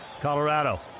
Colorado